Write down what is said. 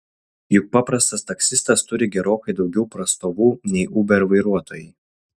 juk paprastas taksistas turi gerokai daugiau prastovų nei uber vairuotojai